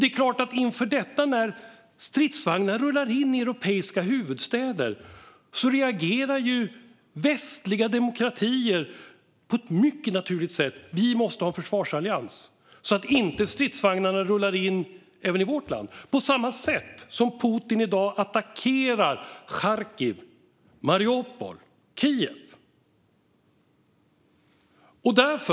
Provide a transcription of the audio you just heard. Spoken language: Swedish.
Det är klart att när stridsvagnar rullade in i europeiska huvudstäder reagerade västliga demokratier på ett mycket naturligt sätt: Vi måste ha en försvarsallians så att stridsvagnarna inte rullar in även i vårt land. I dag attackerar Putin Charkiv, Mariupol och Kiev på samma sätt.